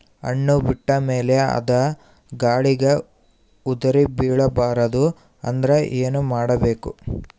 ಹಣ್ಣು ಬಿಟ್ಟ ಮೇಲೆ ಅದ ಗಾಳಿಗ ಉದರಿಬೀಳಬಾರದು ಅಂದ್ರ ಏನ ಮಾಡಬೇಕು?